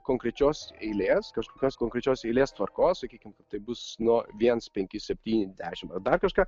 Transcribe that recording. konkrečios eilės kažkokios konkrečios eilės tvarkos sakykim kad tai bus no viens penki septyni dešim ar dar kažką